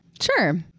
Sure